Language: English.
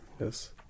Yes